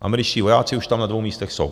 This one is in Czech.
Američtí vojáci už tam na dvou místech jsou.